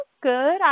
good